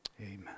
Amen